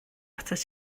atat